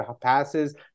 passes